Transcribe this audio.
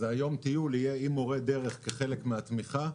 אז יום הטיול יהיה עם מורה דרך כחלק מן התמיכה,